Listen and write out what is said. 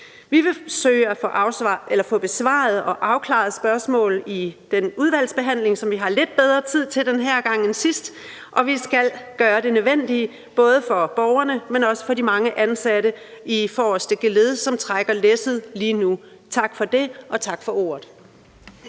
Vi vil søge at få besvaret og afklaret spørgsmål i udvalgsbehandlingen, som vi har lidt bedre tid til den her gang end sidst. Og vi skal gøre det nødvendige, både for borgerne, men også for de mange ansatte i forreste geled, som trækker læsset lige nu. Tak for det, og tak for ordet.